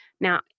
Now